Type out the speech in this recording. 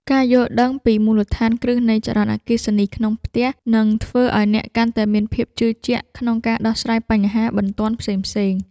ការយល់ដឹងពីមូលដ្ឋានគ្រឹះនៃចរន្តអគ្គិសនីក្នុងផ្ទះ នឹងធ្វើឱ្យអ្នកកាន់តែមានភាពជឿជាក់ក្នុងការដោះស្រាយបញ្ហាបន្ទាន់ផ្សេងៗ។